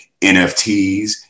NFTs